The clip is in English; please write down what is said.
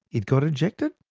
it got ejected?